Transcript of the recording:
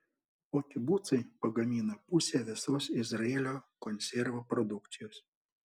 o kibucai pagamina pusę visos izraelio konservų produkcijos